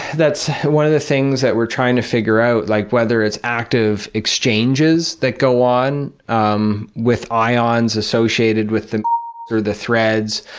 that's one of the things that we're trying to figure out, like, whether it's active exchanges that go on um with ions associated with the m or the threads,